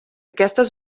aquestes